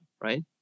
right